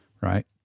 right